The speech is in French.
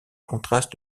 contrastes